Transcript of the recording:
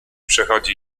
przechodzi